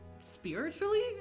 spiritually